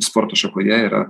sporto šakoje yra